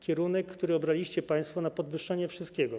Kierunek, który obraliście państwo, to jest podwyższenie wszystkiego.